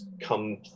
come